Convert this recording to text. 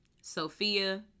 Sophia